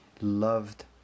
Loved